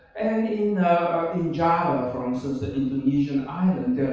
and in in java, for instance, the indonesian island,